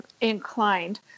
inclined